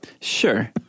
Sure